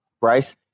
Bryce